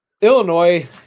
Illinois